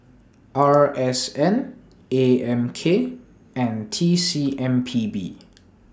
R S N A M K and T C M P B